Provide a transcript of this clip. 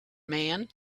man